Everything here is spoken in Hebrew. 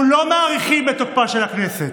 אנחנו לא מאריכים את תוקפה של הכנסת.